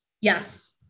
yes